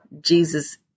Jesus